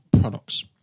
products